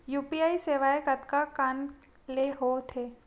UPI सेवाएं कतका कान ले हो थे?